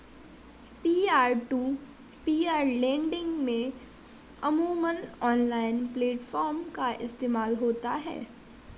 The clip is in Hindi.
पीयर टू पीयर लेंडिंग में अमूमन ऑनलाइन प्लेटफॉर्म का इस्तेमाल होता है